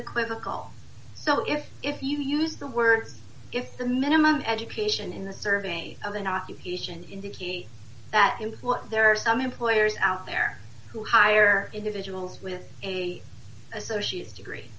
equivocal so if if you use the word if the minimum education in the surveys of an occupation indicate that and there are some employers out there who hire individuals with a associates degree